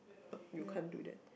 no you can't do that